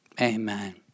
Amen